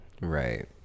right